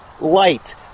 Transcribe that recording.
light